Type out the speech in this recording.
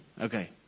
Okay